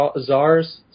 czars